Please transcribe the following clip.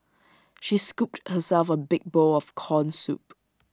she scooped herself A big bowl of Corn Soup